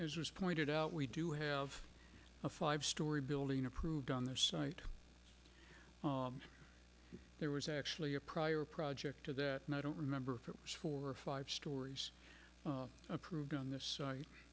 was pointed out we do have a five story building approved on their site and there was actually a prior project to that and i don't remember if it was four or five stories approved on this site